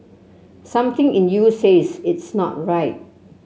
something in you says it's not right